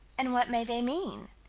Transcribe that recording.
and what may they mean?